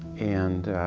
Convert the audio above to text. and